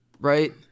Right